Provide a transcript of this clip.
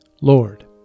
Lord